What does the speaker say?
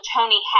Tony